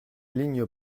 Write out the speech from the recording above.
ligne